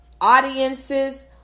audiences